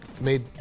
made